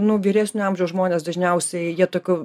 nu vyresnio amžiaus žmonės dažniausiai jie tokių